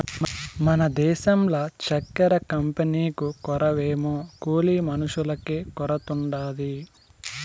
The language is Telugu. మన దేశంల చక్కెర కంపెనీకు కొరవేమో కూలి మనుషులకే కొరతుండాది